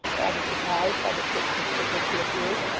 rather surprised by the quickness with which he appeared.